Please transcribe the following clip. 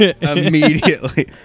immediately